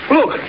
Look